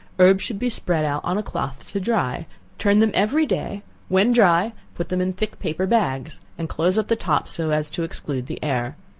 herbs should be spread out on a cloth to dry turn them every day when dry, put them in thick paper bags, and close up the top, so as to exclude the air.